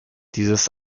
dieses